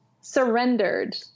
surrendered